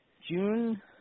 June